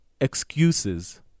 excuses